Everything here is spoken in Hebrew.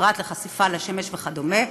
פרט לחשיפה לשמש וכדומה,